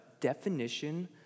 definition